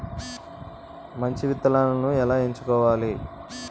మంచి విత్తనాలను ఎలా ఎంచుకోవాలి?